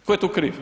Tko je tu kriv?